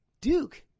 Duke